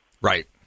Right